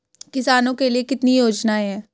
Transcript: किसानों के लिए कितनी योजनाएं हैं?